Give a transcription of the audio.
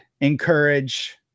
encourage